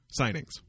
signings